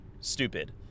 stupid